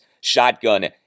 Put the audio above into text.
shotgun